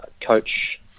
coach